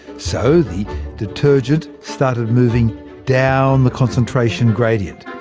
so the detergent started moving down the concentration gradient.